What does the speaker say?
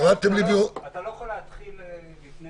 מאפשר לאוסאמה להציג את הדברים לפני